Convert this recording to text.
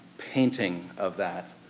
painting of that,